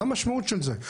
מה המשמעות של זה?